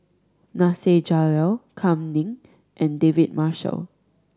Nasir Jalil Kam Ning and David Marshall